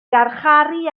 garcharu